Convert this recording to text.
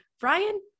Brian